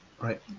Right